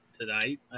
tonight